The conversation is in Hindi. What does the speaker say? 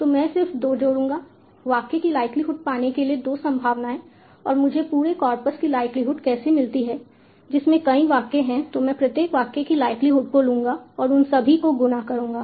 तो मैं सिर्फ 2 जोड़ूंगा वाक्य की लाइक्लीहुड पाने के लिए 2 संभावनाएं और मुझे पूरे कॉर्पस की लाइक्लीहुड कैसे मिलती है जिसमें कई वाक्य हैं तो मैं प्रत्येक वाक्य की लाइक्लीहुड को लूंगा और उन सभी को गुणा करूंगा